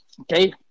Okay